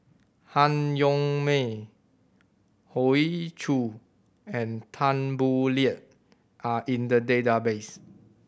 Han Yong May Hoey Choo and Tan Boo Liat are in the database